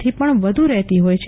થી પણ વધુ રહેતી હોય છે